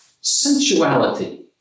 sensuality